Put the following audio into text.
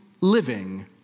living